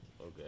okay